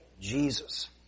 Jesus